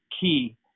key